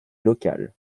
local